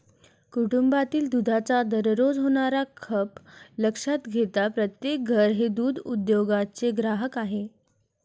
कुटुंबातील दुधाचा दररोज होणारा खप लक्षात घेता प्रत्येक घर हे दूध उद्योगाचे ग्राहक आहे